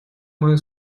мою